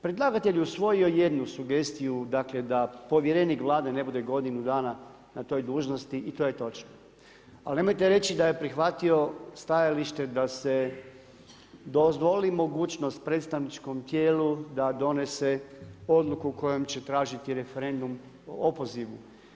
Predlagatelj je usvojio jednu sugestiju da povjerenik Vlade ne bude godinu dana na toj dužnosti i to je točno, ali nemojte reći da je prihvatio stajalište da se dozvoli mogućnost predstavničkom tijelu da donese odluku kojom će tražiti referendum o opozivu.